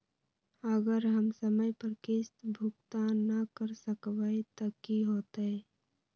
अगर हम समय पर किस्त भुकतान न कर सकवै त की होतै?